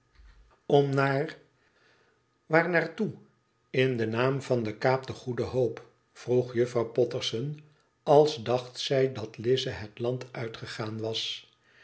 om naar waar naar toe in den naam van de kaap de goede hoop vroeg juffrouw potterson als dacht zij dat lize het land uitgegaan was